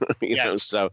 Yes